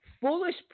foolish